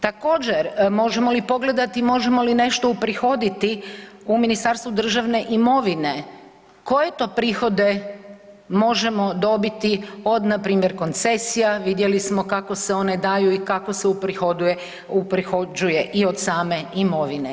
Također možemo li pogledati možemo li nešto uprihoditi u Ministarstvu državne imovine, koje to prihode možemo dobiti od npr. koncesija, vidjeli smo kako se one daju i kako se uprihođuje od same imovine.